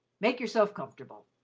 make yourself comfortable.